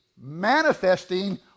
manifesting